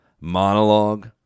monologue